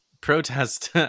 protest